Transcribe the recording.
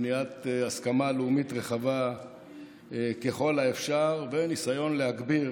בניית הסכמה לאומית רחבה ככל האפשר וניסיון להגביר